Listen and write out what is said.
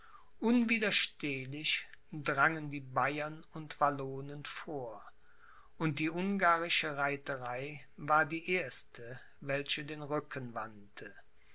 unwiderstehlich drangen die bayern und wallonen vor und die ungarische reiterei war die erste welche den rücken wandte